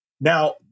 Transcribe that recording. Now